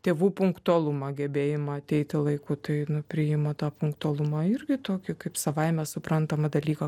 tėvų punktualumą gebėjimą ateiti laiku tai nu priima tą punktualumą irgi tokį kaip savaime suprantamą dalyką